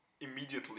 immediately